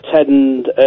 attend